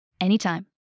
Anytime